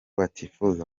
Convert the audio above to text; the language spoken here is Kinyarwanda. batifuza